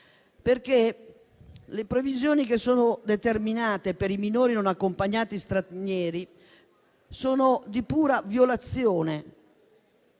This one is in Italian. Le previsioni che infatti sono determinate per i minori non accompagnati stranieri sono di pura violazione.